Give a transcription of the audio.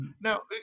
Now